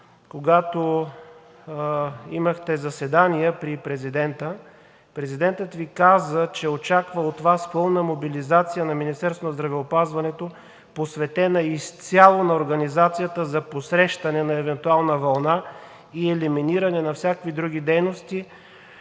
когато имахте заседания при президента, президентът Ви каза, че очаква от Вас пълна мобилизация на Министерството на здравеопазването, посветена изцяло на организацията за посрещане на евентуална вълна и елиминиране на всякакви други дейности,